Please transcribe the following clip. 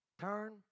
Turn